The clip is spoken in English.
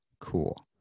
cool